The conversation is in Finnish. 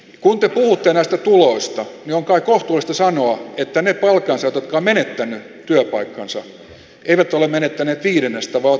kun te puhutte näistä tuloista niin on kai kohtuullista sanoa että ne palkansaajat jotka ovat menettäneet työpaikkansa eivät ole menettäneet viidennestä vaan ovat menettäneet koko palkkansa